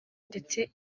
ndetse